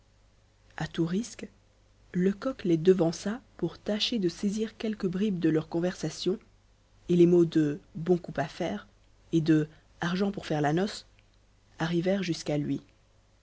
à tous risques lecoq les devança pour tâcher de saisir quelques bribes de leur conversation et les mots de bon coup à faire et de argent pour faire la noce arrivèrent jusqu'à lui